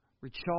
Recharge